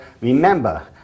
remember